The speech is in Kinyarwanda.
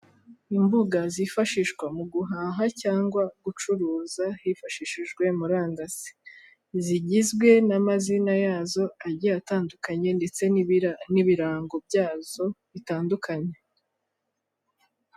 Imbuga zifashishwa mu guhaha cyangwa gucuruza hifashishijwe murandasi, zigizwe n'amazina yazo agiye atandukanye ndetse n'ibirango byazo bitandukanye.